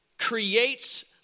creates